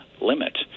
limit